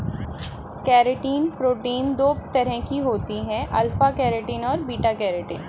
keratin protein दो तरह की होती है अल्फ़ा केरेटिन और बीटा केरेटिन